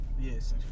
Yes